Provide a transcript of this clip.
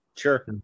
Sure